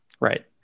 Right